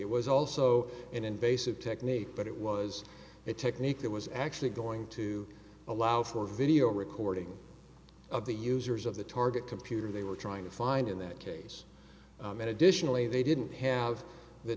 it was also an invasive technique but it was a technique that was actually going to allow for video recording of the users of the target computer they were trying to find in that case and additionally they didn't have th